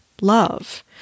love